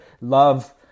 love